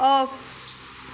off